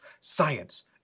science